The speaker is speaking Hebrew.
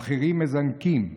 המחירים מזנקים,